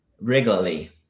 regularly